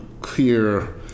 clear